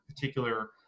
particular